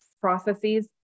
processes